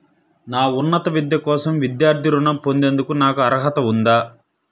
నా ఉన్నత విద్య కోసం విద్యార్థి రుణం పొందేందుకు నాకు అర్హత ఉందా?